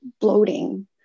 bloating